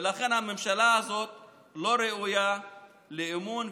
ולכן הממשלה הזאת לא ראויה לאמון,